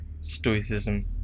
stoicism